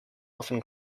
often